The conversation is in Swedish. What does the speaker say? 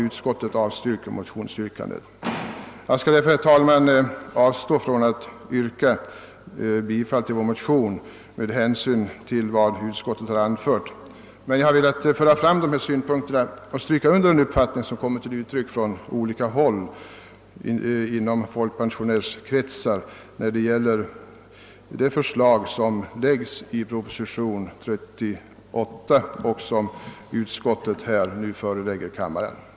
Utskottet avstyrker därför motionsyrkandet.» Jag skall, herr talman, avstå från att yrka bifall till våra motioner med hänsyn till vad utskottet har anfört, men jag har velat framföra dessa synpunkter och stryka under den uppfattning som kommit till uttryck från olika håll inom folkpensionärskretsar om de förslag som framförs i proposition 38 och som utskottet nu förelägger kammaren.